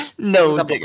No